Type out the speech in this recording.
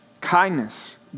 kindness